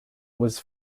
was